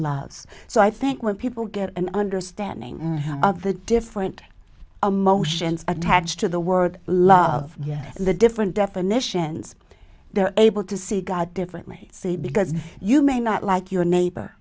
loves so i think when people get an understanding of the different emotions attached to the word love yes the different definitions they're able to see god differently say because you may not like your neighbor